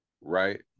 right